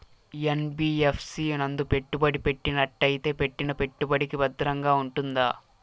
NBFC నందు పెట్టుబడి పెట్టినట్టయితే పెట్టిన పెట్టుబడికి భద్రంగా ఉంటుందా?